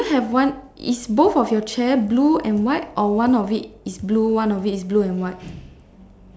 do you have one is both of your chair blue and white or one of it is blue one of it is blue and white